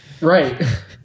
Right